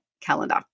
calendar